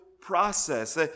process